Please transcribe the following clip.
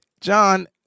John